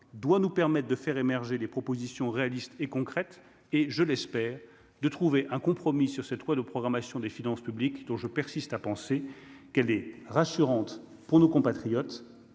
doit nous permettent de faire émerger des propositions réalistes et concrètes et je l'espère, de trouver un compromis sur cette loi de programmation des finances publiques dont je persiste à penser qu'elle est rassurante pour nos compatriotes